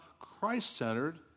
Christ-centered